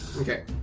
Okay